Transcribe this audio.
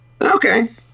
Okay